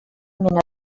mena